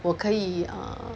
我可以 err